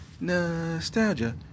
Nostalgia